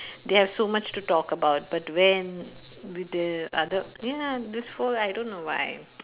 they have so much to talk about but when with the other ya this whole I don't know why